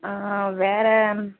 ஆ வேற